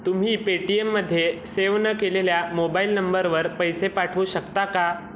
तुम्ही पेटीएममध्ये सेव न केलेल्या मोबाईल नंबरवर पैसे पाठवू शकता का